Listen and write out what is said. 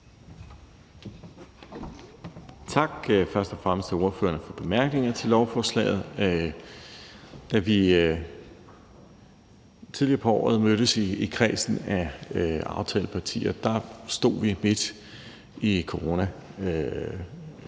Tak først og fremmest til ordførerne for bemærkningerne til lovforslaget. Da vi tidligere på året mødtes i kredsen af aftalepartier, stod vi midt i coronaudfordringen.